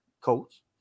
coach